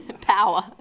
Power